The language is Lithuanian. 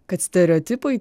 kad stereotipai